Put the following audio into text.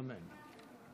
אמן.